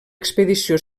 expedició